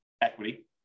equity